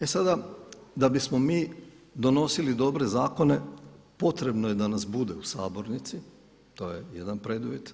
E sada da bismo mi donosili dobre zakone potrebno je da nas bude u sabornici, to je jedan preduvjet.